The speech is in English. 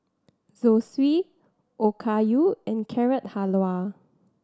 Zosui Okayu and Carrot Halwa